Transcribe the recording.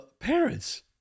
parents